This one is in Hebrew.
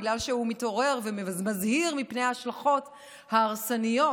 בגלל שהוא מתעורר ומזהיר מפני ההשלכות ההרסניות